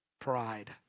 pride